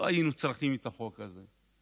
שלא היינו צריכים את החוק הזה.